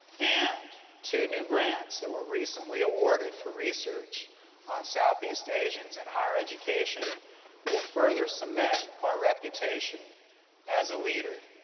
and, two new grants that were recently awarded for research on southeast asians in higher education will further cement our reputation as a leader.